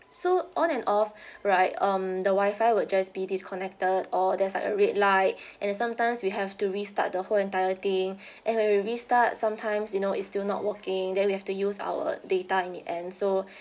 so on and off right um the wi-fi would just be disconnected or there's like a red light and then sometimes we have to restart the whole entire thing and when we restart sometimes you know it's still not working then we have to use our data in the end so